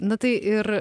na tai ir